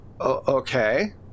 Okay